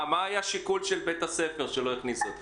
מה היה השיקול של בית הספר שלא הכניסו אתכם?